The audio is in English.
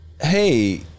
hey